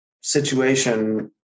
situation